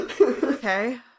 Okay